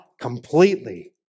completely